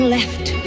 left